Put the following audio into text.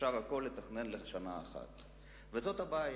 אפשר הכול לתכנן לשנה אחת, וזאת הבעיה.